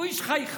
הוא איש חייכן,